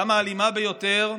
גם האלימה ביותר,